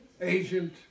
agent